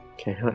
Okay